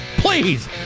Please